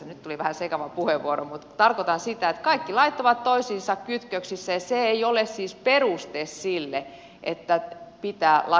nyt tuli vähän sekava puheenvuoro mutta tarkoitan sitä että kaikki lait ovat toisiinsa kytköksissä ja se ei ole siis peruste sille että laki pitää olla